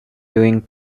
viewing